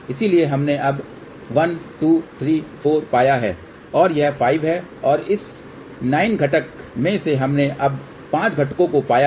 इसलिए हमने अब 1 2 3 4 पाया है और यह 5 है इस 9 घटक में से हमने अब 5 घटकों को पाया है